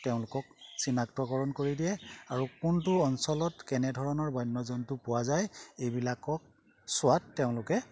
তেওঁলোকক চিনাক্তকৰণ কৰি দিয়ে আৰু কোনটো অঞ্চলত কেনেধৰণৰ বন্য জন্তু পোৱা যায় এইবিলাকক চোৱাত তেওঁলোকে